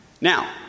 Now